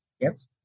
Yes